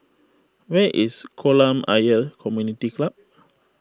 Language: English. where is Kolam Ayer Community Club